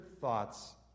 Thoughts